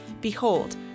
behold